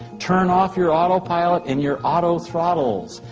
turn off your autopilot, and your autothrottles.